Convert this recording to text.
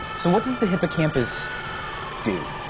so what does the hippocampus do?